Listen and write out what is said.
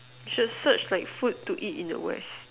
you should search like food to eat in the West